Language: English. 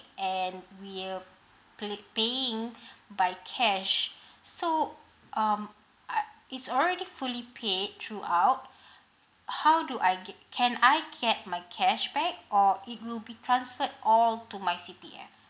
and we're pay paying by cash so um I it's already fully paid throughout how do I get can I get my cash back or it will be transferred all to my C_P_F